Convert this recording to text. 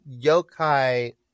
yokai